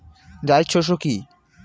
জায়িদ শস্য কি?